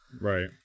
right